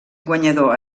guanyador